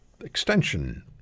Extension